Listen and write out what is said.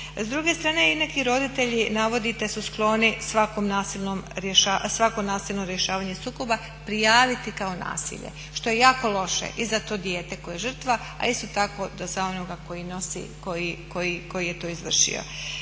S druge strane, i neki roditelji navodite su skloni svako nasilno rješavanje sukoba prijaviti kao nasilje što je jako loše i za to dijete koje je žrtva, a isto tako za onoga koji je to izvršio.